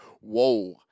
whoa –